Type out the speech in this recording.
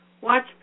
Watch